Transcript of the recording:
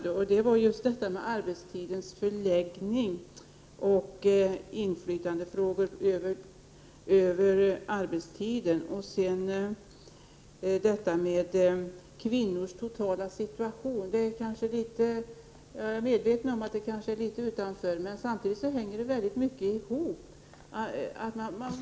En av dem gällde förläggningen av och inflytandet över arbetstiden. Jag är medveten om att frågan om kvinnors totala situation kanske ligger litet utanför arbetslivet, men samtidigt hänger dessa frågor i hög grad ihop.